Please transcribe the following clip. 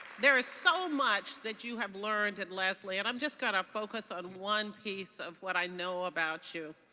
there is so much that you have learned at lesley and i'm just gonna focus on one piece of what i know about you.